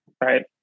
Right